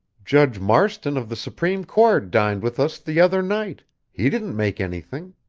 judge marston of the supreme court dined with us the other night he didn't make anything